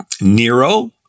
nero